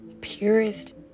purest